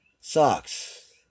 Socks